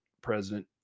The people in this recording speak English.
president